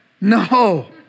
No